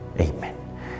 Amen